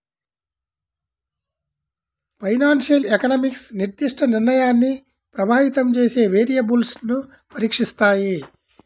financial economics నిర్దిష్ట నిర్ణయాన్ని ప్రభావితం చేసే వేరియబుల్స్ను పరీక్షిస్తాయి